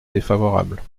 défavorable